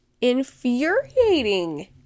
infuriating